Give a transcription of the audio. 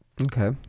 Okay